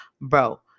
bro